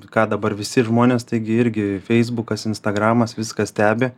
ką dabar visi žmonės taigi irgi feisbukas instagramas viską stebi